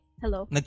Hello